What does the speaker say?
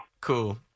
Cool